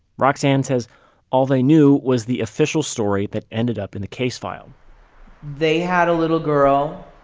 roxane says all they knew was the official story that ended up in the case file they had a little girl.